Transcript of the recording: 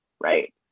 right